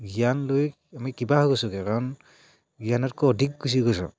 জ্ঞান লৈ আমি কিবা হৈ গৈছোঁগৈ কাৰণ জ্ঞানতকৈ অধিক গুচি গৈছোঁ